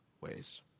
ways